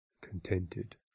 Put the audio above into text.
contented